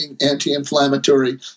anti-inflammatory